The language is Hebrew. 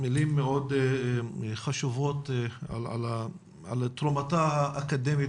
מילים מאוד חשובות על תרומתה האקדמית